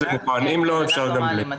נעלה את המצגת.